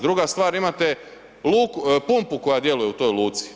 Druga stvar imate pumpu koja djeluje u toj luci.